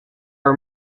are